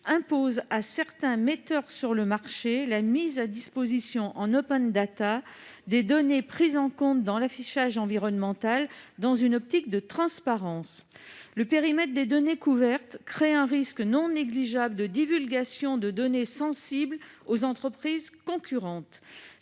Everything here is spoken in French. impose à certains metteurs sur le marché la mise à disposition en des données prises en compte dans l'affichage environnemental, dans une optique de transparence. Le périmètre des données couvertes crée un risque non négligeable de divulgation de données sensibles aux entreprises concurrentes.